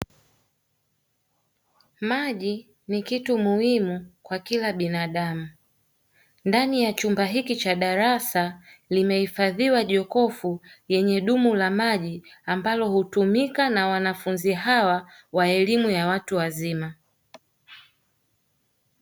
Maji ni kitu muhimu kwa kila mwanadamu ndani ya chumba hichi cha darasa linaifadhiwa jokofu lenye dumu la maji ambalo hutumika na wanafunzi hawa wa elimu ya watu wazima.